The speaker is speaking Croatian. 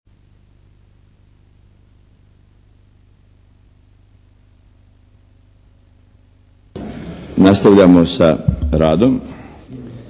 Nastavljamo sa radom.